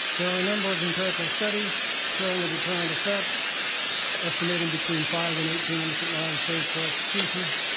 there are a number of empirical studies showing a deterrent effect estimating between five and eighteen innocent lives saved per execution.